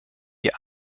die